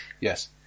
Yes